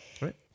right